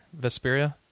Vesperia